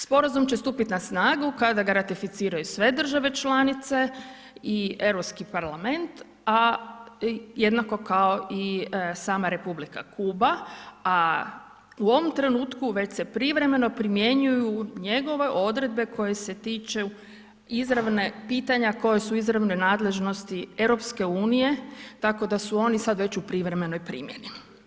Sporazum će stupiti na snagu kada ga ratificiraju sve države članice i Europski parlament a jednako kao i sama Republika Kuba a u ovom trenutku već se privremeno primjenjuju njegove odredbe koje se tiču pitanja koja su u izravnoj nadležnosti EU-a tako da su oni sad već u privremenoj primjeni.